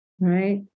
right